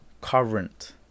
Current